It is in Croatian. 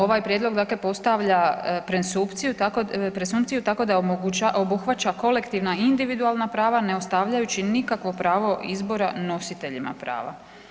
Ovaj prijedlog postavlja presumpciju tako da obuhvaća kolektivna i individualna prava, ne ostavljajući nikakvo pravo izbora nositeljima prava.